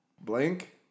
Blank